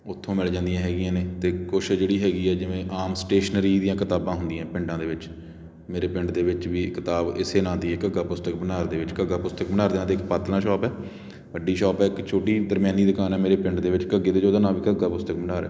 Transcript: ਉਥੋਂ ਮਿੱਲ ਜਾਂਦੀਆਂ ਹੈਗੀਆਂ ਨੇ ਅਤੇ ਕੁਝ ਜਿਹੜੀ ਹੈਗੀ ਹੈ ਜਿਵੇਂ ਆਮ ਸਟੇਸ਼ਨਰੀ ਦੀਆਂ ਕਿਤਾਬਾਂ ਹੁੰਦੀਆਂ ਪਿੰਡਾਂ ਦੇ ਵਿੱਚ ਮੇਰੇ ਪਿੰਡ ਦੇ ਵਿੱਚ ਵੀ ਇੱਕ ਕਿਤਾਬ ਇਸੇ ਨਾਂ ਦੀ ਹੈ ਘੱਗਾ ਪੁਸਤਕ ਭੰਡਾਰ ਦੇ ਵਿੱਚ ਘੱਗਾ ਪੁਸਤਕ ਭੰਡਾਰ ਜਾ ਕੇ ਇੱਕ ਪਾਤਲਾ ਸ਼ੋਪ ਹੈ ਵੱਡੀ ਸ਼ੋਪ ਹੈ ਇੱਕ ਛੋਟੀ ਦਰਮਿਆਨੀ ਦੁਕਾਨ ਹੈ ਮੇਰੇ ਪਿੰਡ ਦੇ ਵਿੱਚ ਘੱਗੇ ਤੋਂ ਹੀ ਉਹਦਾ ਨਾਂ ਰੱਖਿਆ ਘੱਗਾ ਪੁਸਤਕ ਭੰਡਾਰ ਹੈ